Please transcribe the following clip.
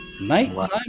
nighttime